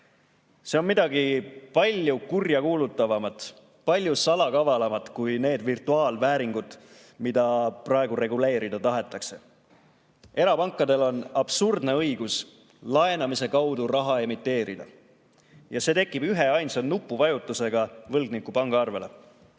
See on midagi palju kurjakuulutavamat, palju salakavalamat kui need virtuaalvääringud, mida praegu reguleerida tahetakse. Erapankadel on absurdne õigus laenamise kaudu raha emiteerida ja see tekib üheainsa nupuvajutusega võlgniku pangaarvele.